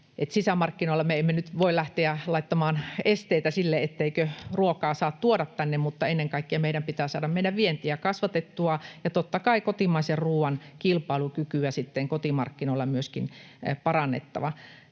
Sisämarkkinoilla me emme nyt voi lähteä laittamaan esteitä sille, etteikö ruokaa saa tuoda tänne, mutta ennen kaikkea meidän pitää saada meidän vientiä kasvatettua, ja totta kai kotimaisen ruoan kilpailukykyä kotimarkkinoilla on myöskin parannettava.